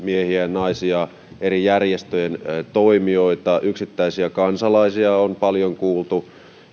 naisia eri järjestöjen toimijoita yksittäisiä kansalaisia on paljon kuultu